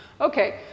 Okay